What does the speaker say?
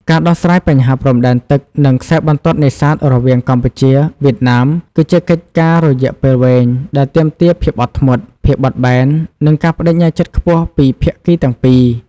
ការដោះស្រាយបញ្ហាព្រំដែនទឹក និងខ្សែបន្ទាត់នេសាទរវាងកម្ពុជា វៀតណាម គឺជាកិច្ចការរយៈពេលវែងដែលទាមទារភាពអត់ធ្មត់ ភាពបត់បែន និងការប្តេជ្ញាចិត្តខ្ពស់ពីភាគីទាំងពីរ។